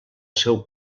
seu